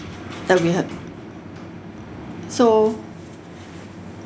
that we have so